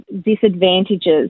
disadvantages